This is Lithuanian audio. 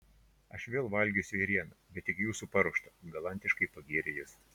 aš vėl valgysiu ėrieną bet tik jūsų paruoštą galantiškai pagyrė jis